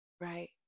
right